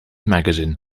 magazine